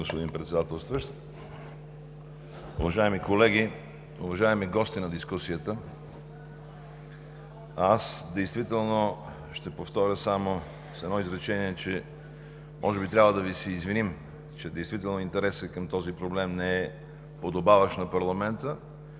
Ви, господин Председател. Уважаеми колеги, уважаеми гости на дискусията! Ще повторя само с едно изречение, че може би трябва да Ви се извиним, че действително интересът към този проблем не е подобаващ на парламента